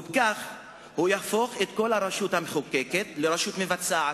וכך הוא יהפוך את כל הרשות המחוקקת לרשות מבצעת.